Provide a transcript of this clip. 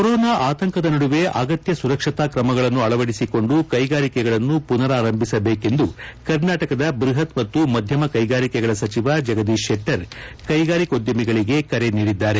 corona ಆತಂಕದ ನಡುವೆ ಅಗತ್ಯ ಸುರಕ್ಷತಾ ಕ್ರಮಗಳನ್ನು ಅಳವಡಿಸಿಕೊಂಡು ಕೈಗಾರಿಕೆಗಳನ್ನು ಮನರಾರಂಭಿಸಬೇಕೆಂದು ಕರ್ನಾಟಕದ ಬ್ಯಹತ್ ಮತ್ತು ಮಧ್ಯಮ ಕೈಗಾರಿಕೆಗಳ ಸಚಿವ ಜಗದೀಶ್ ಶೆಟ್ಷರ್ ಕ್ಕೆಗಾರಿಕೋದ್ಯಮಿಗಳಿಗೆ ಕರೆ ನೀಡಿದ್ದಾರೆ